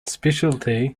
speciality